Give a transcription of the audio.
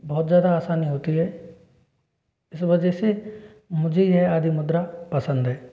बहुत ज़्यादा आसानी होती है इस वजह से मुझे यह आदि मुद्रा पसंद है